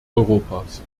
europas